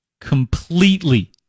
completely